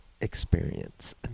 experience